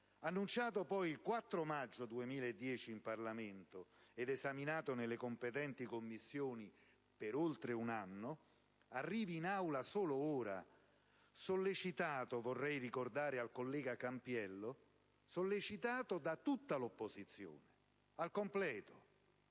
annunciato poi il 4 marzo 2010 in Parlamento e esaminato nelle competenti Commissioni per oltre un anno, arrivi in Aula solo ora, sollecitato, vorrei ricordarlo al collega Cardiello, da tutta l'opposizione al completo.